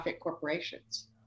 corporations